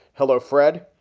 hello, fred.